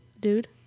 Dude